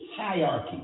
hierarchy